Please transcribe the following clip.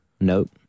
Nope